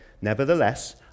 Nevertheless